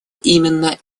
именно